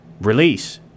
release